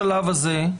בשלב הזה,